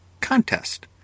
contest